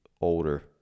older